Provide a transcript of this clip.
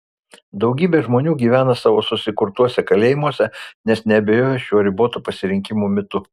daugybė žmonių gyvena savo susikurtuose kalėjimuose nes neabejoja šiuo ribotų pasirinkimų mitu